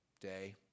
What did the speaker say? day